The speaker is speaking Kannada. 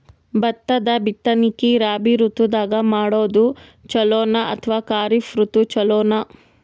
ಭತ್ತದ ಬಿತ್ತನಕಿ ರಾಬಿ ಋತು ದಾಗ ಮಾಡೋದು ಚಲೋನ ಅಥವಾ ಖರೀಫ್ ಋತು ಚಲೋನ?